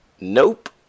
nope